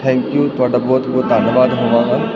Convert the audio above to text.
thank you ਤੁਹਾਡਾ ਬਹੁਤ ਬਹੁਤ ਧੰਨਵਾਦ ਹੋਵਾਂਗਾ